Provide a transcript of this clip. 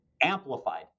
Amplified